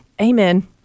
amen